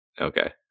Okay